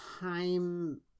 time